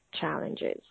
challenges